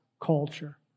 culture